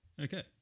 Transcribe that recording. Okay